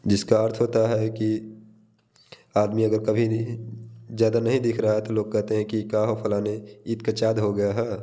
जिसका अर्थ होता है कि आदमी अगर कभी नहीं ज़्यादा नहीं दिख रहा है तो लोग कहते हैं कि का हो फलाने ईद का चाँद हो गए हो